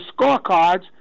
scorecards